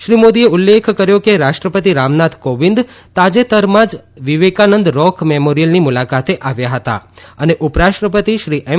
શ્રી મોદીએ ઉલ્લેખ કર્યો કે રાષ્ટ્રપતિ રામનાથ કોવિંદ તાજેતરમાં જ વિવેકાનંદ રોક મેમોરિયલની મુલાકાતે આવ્યા હતા અને ઉપરાષ્ટ્રપતિ શ્રી એમ